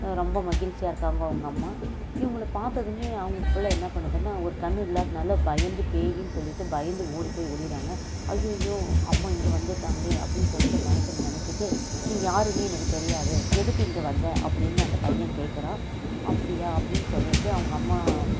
ரொம்ப மகிழ்ச்சியாக இருக்காங்க அவங்க அம்மா இவங்களை பார்த்ததுமே அவங்க பிள்ளை என்ன பண்ணுதுனால் ஒரு கண் இல்லாததுனால பயந்து பேய்யெனு சொல்லிவிட்டு பயந்து ஓடி போய் ஒழியிறாங்க ஐயயோ அம்மா இங்கே வந்துவிட்டாங்களே அப்படின்னு சொல்லிட்டு மனசில் நினச்சிட்டு நீ யாருன்னு எனக்கு தெரியாது எதுக்கு இங்கே வந்த அப்படினு அந்த பையன் கேட்குறான் அப்படியா அப்படி சொல்லிட்டு அவங்க அம்மா